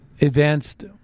Advanced